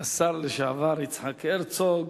השר לשעבר יצחק הרצוג,